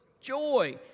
Joy